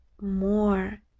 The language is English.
more